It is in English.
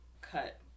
cut